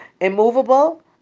immovable